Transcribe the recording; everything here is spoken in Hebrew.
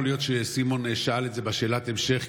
יכול להיות שסימון שאל את זה בשאלת ההמשך,